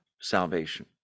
salvation